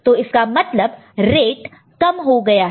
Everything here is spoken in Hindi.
तो इसका मतलब रेट कम हो गया है